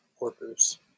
workers